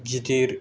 गिदिर